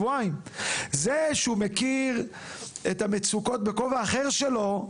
זה שהוא מכיר את המצוקות בכובע אחר שלו,